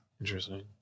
Interesting